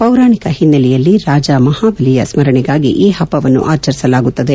ಪೌರಾಣಿಕ ಹಿನ್ನೆಲೆಯಲ್ಲಿ ರಾಜ ಮಹಾಬಲಿಯ ಸ್ಕರಣೆಗಾಗಿ ಈ ಹಬ್ಬವನ್ನು ಆಚರಿಸಲಾಗುತ್ತದೆ